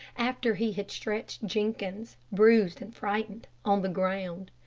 after he had stretched jenkins, bruised and frightened, on the ground.